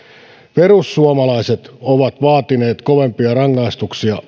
perussuomalaiset ovat vaatineet kovempia rangaistuksia